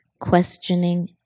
questioning